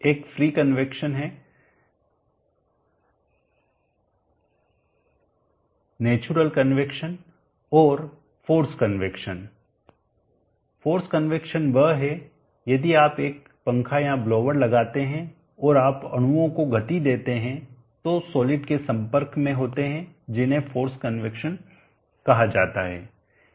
एक free convection है natural convection और फोर्स कन्वैक्शन फोर्स कन्वैक्शन वह है यदि आप एक पंखा या ब्लोअर लगाते हैं और आप अणुओं को गति देते हैं जो सॉलिड के संपर्क में होते हैं जिन्हें फोर्स कन्वैक्शन कहा जाता है